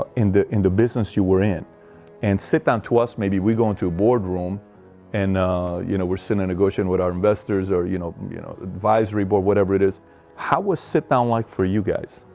ah in the in the business you were in and sit down to us, maybe we go into a boardroom and you know we're center negotiating with our investors, or you know you know advisory board whatever it is how was sit down like for you guys?